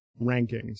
rankings